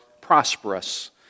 prosperous